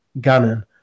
Gannon